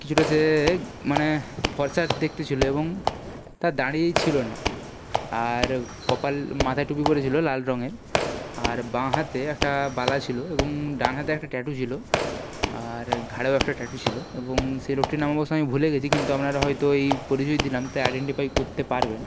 কিছুটা সে এই মানে ফর্সা দেখতে ছিলো এবং তার দাড়ি ছিলো না আর কপাল মাথায় টুপি পরে ছিলো লাল রঙের আর বাঁ হাতে একটা বালা ছিলো এবং ডান হাতে একটা ট্যাটু ছিলো আর ঘাড়েও একটা ট্যাটু ছিলো এবং সে লোকটির নাম অবশ্য আমি ভুলে গেছি কিন্তু আপনারা হয়তো এই পরিচয় দিলাম তাই আইডেন্টিফাই করতে পারবেন